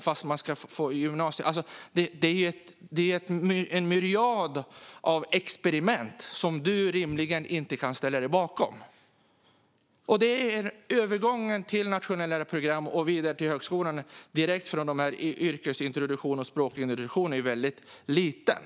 Det är en myriad av experiment som du rimligen inte kan ställa dig bakom. De personer som går till nationella program och vidare till högskolan direkt från yrkesintroduktion och språkintroduktion är mycket få.